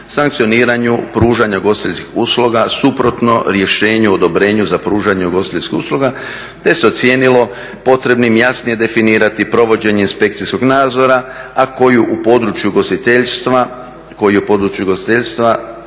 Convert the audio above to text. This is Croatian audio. sankcioniranju pružanja ugostiteljskih usluga suprotno rješenju o odobrenju za pružanje ugostiteljskih usluga. Te se ocijenilo potrebnim jasnije definirati provođenje inspekcijskog nadzora a koju u području ugostiteljstva